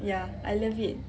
ya I love it